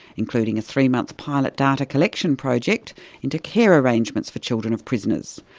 including a three month pilot data collection project into care arrangements for children of prisoners,